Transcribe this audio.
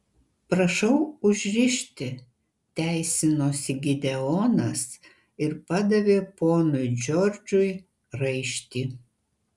prašau užrišti teisinosi gideonas ir padavė ponui džordžui raištį